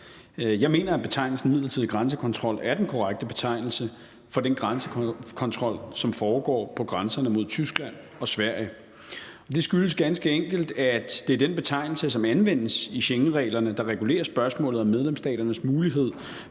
Jeg mener, at betegnelsen midlertidig grænsekontrol er den korrekte betegnelse for den grænsekontrol, som foregår på grænserne mod Tyskland og Sverige. Og det skyldes ganske enkelt, at det er den betegnelse, som anvendes i Schengenreglerne, der regulerer spørgsmålet om medlemstaternes mulighed